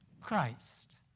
Christ